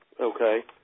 Okay